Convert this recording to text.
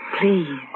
Please